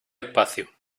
espacio